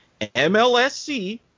MLSC